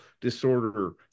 disorder